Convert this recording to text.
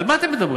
על מה אתם מדברים?